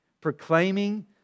proclaiming